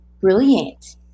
brilliant